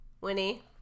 Winnie